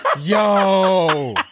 Yo